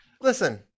Listen